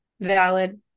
Valid